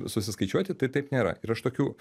susiskaičiuoti tai taip nėra ir aš tokių